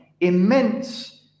immense